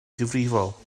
difrifol